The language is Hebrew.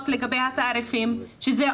הם מקבלים לפי מטופל או לפי שעה?